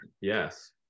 Yes